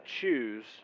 choose